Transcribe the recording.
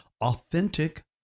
authentic